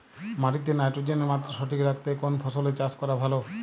মাটিতে নাইট্রোজেনের মাত্রা সঠিক রাখতে কোন ফসলের চাষ করা ভালো?